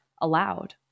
allowed